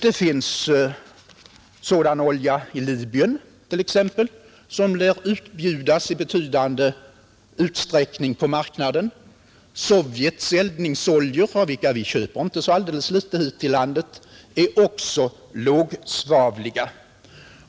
Det finns t.ex. i Libyen och Nigeria sådan olja, som lär utbjudas i betydande utsträckning på marknaden. Sovjets eldningsoljor, av vilka vi köper inte så alldeles litet hit till landet, är också lågsvavliga.